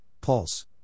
Pulse